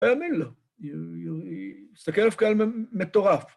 תאמין לו, היא מסתכלת עליו כמטורף